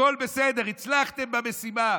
הכול בסדר, הצלחתם במשימה,